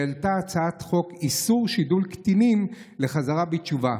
שהעלתה הצעת חוק איסור שידול קטינים לחזרה בתשובה.